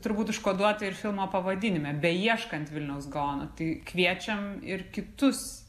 turbūt užkoduota ir filmo pavadinime beieškant vilniaus gaono tai kviečiam ir kitus